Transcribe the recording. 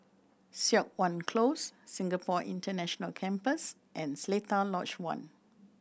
Siok Wan Close Singapore International Campus and Seletar Lodge One